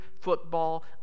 football